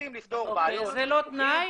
רוצים לפתור בעיות --- אוקיי זה לא תנאי,